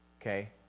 Okay